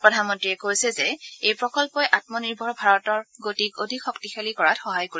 প্ৰধানমন্ত্ৰীয়ে কৈছে যে এই প্ৰকল্পই আমনিৰ্ভৰ ভাৰতৰ গতিক অধিক শক্তিশালী কৰাত সহায় কৰিব